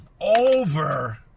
Over